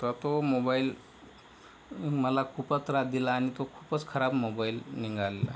तर तो मोबाईल मला खूपच त्रास दिला आणि तो खूपच खराब मोबाईल निघालेला